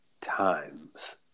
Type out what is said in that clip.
times